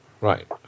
Right